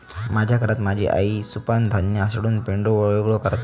माझ्या घरात माझी आई सुपानं धान्य हासडून पेंढो वेगळो करता